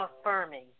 affirming